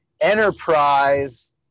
Enterprise